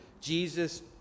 Jesus